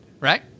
right